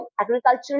agricultural